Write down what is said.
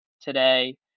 today